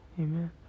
Amen